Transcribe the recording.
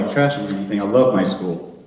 trash anything, i love my school.